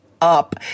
up